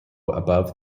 above